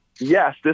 yes